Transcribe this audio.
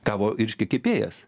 gavo reiškia kepėjas